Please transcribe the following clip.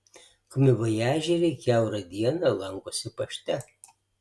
komivojažieriai kiaurą dieną lankosi pašte